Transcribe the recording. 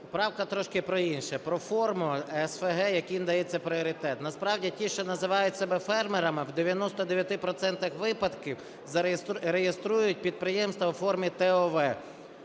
Правка трошки про інше. Про форму СФГ, якому надається пріоритет. Насправді ті, що називають себе фермерами, в 99 процентах випадків реєструють підприємства у формі ТОВ.